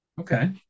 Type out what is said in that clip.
Okay